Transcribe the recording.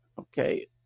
Okay